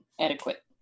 adequate